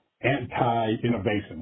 anti-innovation